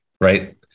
right